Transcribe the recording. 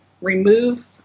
remove